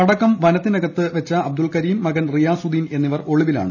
പടക്കം വനത്തിനകത്ത് വെച്ച അബ്ദുൽ കരീം മകൻ റിയാസുദ്ദീൻ എന്നിവർ ഒളിവിലാണ്